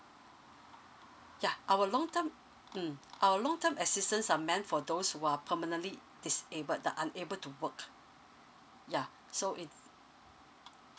ya our long term mm our long term assistance are meant for those who are permanently disabled the unable to work ya so it